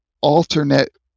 alternate